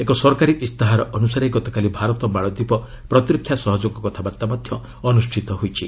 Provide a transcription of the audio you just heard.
ଏକ ସରକାରୀ ଇସ୍ତହାର ଅନୁସାରେ ଗତକାଲି ଭାରତ ମାଳଦୀପ ପ୍ରତିରକ୍ଷା ସହଯୋଗ କଥାବାର୍ତ୍ତା ମଧ୍ୟ ଅନୁଷ୍ଠିତ ହୋଇଛି